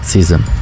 Season